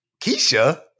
Keisha